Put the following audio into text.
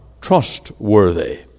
trustworthy